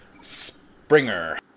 Springer